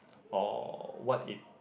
or what it